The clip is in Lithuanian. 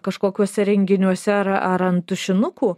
kažkokiuose renginiuose ar ar ant tušinukų